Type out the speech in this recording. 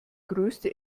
größte